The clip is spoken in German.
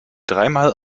dreimal